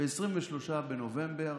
ב-23 בנובמבר,